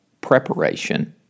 preparation